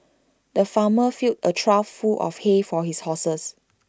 the farmer filled A trough full of hay for his horses